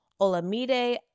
Olamide